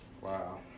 Wow